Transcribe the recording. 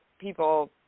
people